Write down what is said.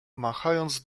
machając